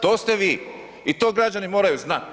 To ste vi. i to građani moraju znati.